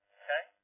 okay